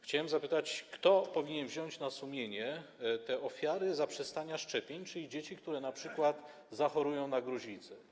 Chciałbym zapytać, kto powinien wziąć na sumienie te ofiary zaprzestania szczepień, czyli dzieci, które np. zachorują na gruźlicę?